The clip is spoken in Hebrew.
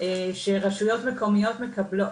שרשויות מקומיות מקבלות,